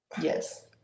yes